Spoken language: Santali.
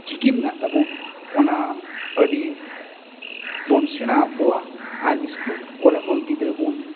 ᱪᱤᱠᱤ ᱢᱮᱱᱟᱜ ᱛᱟᱵᱚᱱ ᱚᱱᱟ ᱟᱹᱰᱤ ᱵᱚᱱ ᱥᱮᱬᱟ ᱟᱠᱚᱣᱟ ᱟᱨ ᱤᱥᱠᱩᱞ ᱠᱚᱨᱮ ᱦᱚᱸ ᱜᱤᱫᱽᱨᱟᱹ ᱵᱚᱱ